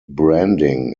branding